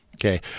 Okay